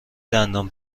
دندان